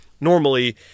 normally